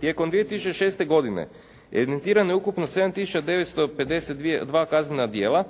Tijekom 2006. godine je evidentirano ukupno 7952 kaznena djela